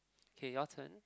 okay your turn